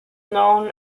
known